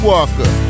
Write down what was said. Walker